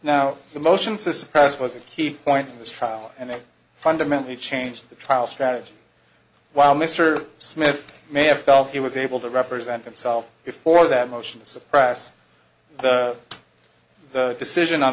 now the motions to suppress was a key point in this trial and they fundamentally change the trial strategy while mr smith may have felt he was able to represent himself before that motion to suppress the decision on